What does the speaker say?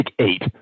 eight